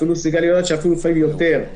אפילו לפעמים יותר,